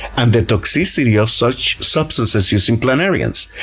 and the toxicity of such substances, using planarians.